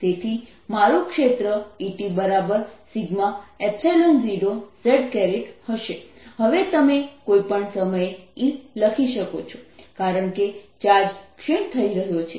E20 20 z Et 0 z Et Q0e tRCa20 z તેથી મારું ક્ષેત્ર Et 0 z હશે હવે તમે કોઈપણ સમયે E લખી શકો છો કારણ કે ચાર્જ ક્ષીણ થઈ રહ્યો છે